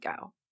go